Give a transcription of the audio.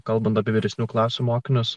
kalbant apie vyresnių klasių mokinius